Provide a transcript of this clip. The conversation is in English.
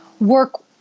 work